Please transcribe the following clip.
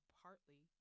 partly